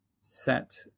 Set